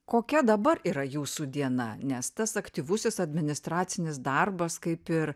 kokia dabar yra jūsų diena nes tas aktyvusis administracinis darbas kaip ir